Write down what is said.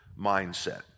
mindset